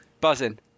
buzzing